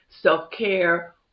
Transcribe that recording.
self-care